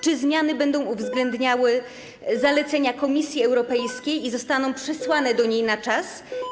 Czy zmiany będą uwzględniały zalecenia Komisji Europejskiej i zostaną przysłane do niej na czas?